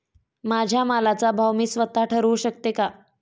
माझ्या मालाचा भाव मी स्वत: ठरवू शकते का?